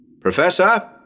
Professor